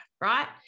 right